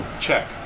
Check